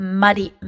muddy